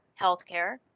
healthcare